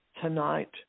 tonight